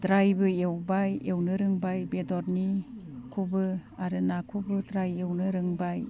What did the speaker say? द्रायबो एवबाय एवनो रोंबाय बेदरनिखौबो आरो नाखौबो द्राय एवनो रोंबाय